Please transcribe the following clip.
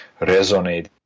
resonate